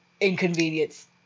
inconvenience